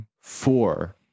four